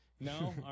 No